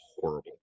horrible